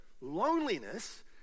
Loneliness